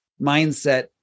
mindset